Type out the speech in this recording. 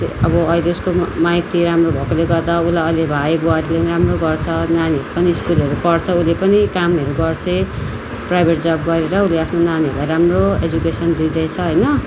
अब अहिले उसको माइती राम्रो भएकोले गर्दा उसलई अहिले भाइ बुहारीले नि राम्रो गर्छ नानीहरू पनि स्कुलहरू पढ्छ उसले पनि कामहरू गर्छे प्राइभेट जब् गरेर उसले आफ्नो नानीहरूलाई राम्रो एजुकेसन दिँदैछ होइन